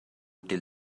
till